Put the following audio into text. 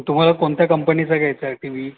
तुम्हाला कोणत्या कंपनीचा घ्यायचा आहे टी वी